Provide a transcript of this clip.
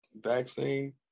vaccine